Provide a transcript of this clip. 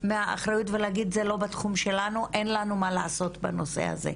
מהאחריות ולהגיד שזה לא בתחום שלהם ואין להם מה לעשות בנושא הזה.